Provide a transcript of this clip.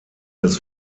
des